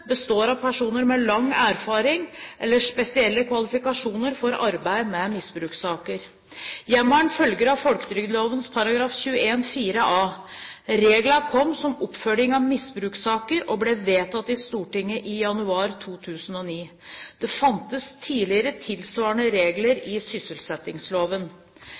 består av personer med lang erfaring eller spesielle kvalifikasjoner for arbeid med misbrukssaker. Hjemmelen følger av folketrygdloven § 21-4 a. Reglene kom som oppfølging av misbrukssaker, og ble vedtatt i Stortinget i januar 2009. Det fantes tidligere tilsvarende regler i sysselsettingsloven.